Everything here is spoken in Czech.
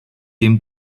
jim